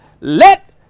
let